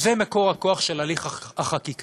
מקור הכוח של הליך החקיקה.